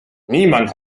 niemand